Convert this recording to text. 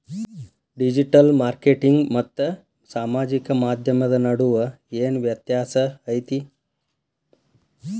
digital marketing ಮತ್ತ ಸಾಮಾಜಿಕ ಮಾಧ್ಯಮದ ನಡುವ ಏನ್ ವ್ಯತ್ಯಾಸ ಐತಿ